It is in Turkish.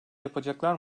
yapacaklar